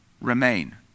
remain